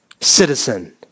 citizen